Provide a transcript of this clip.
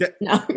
No